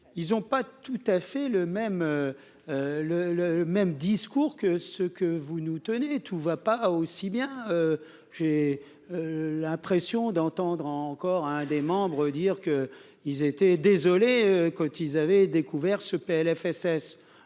ils ont pas tout à fait le même le le même discours que ce que vous nous tenez, tout ne va pas aussi bien, j'ai l'impression d'entendre encore à un des membres, dire que ils étaient désolés, quand ils avaient découvert ce PLFSS